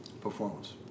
Performance